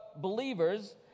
believers